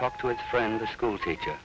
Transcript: talk to a friend the school teacher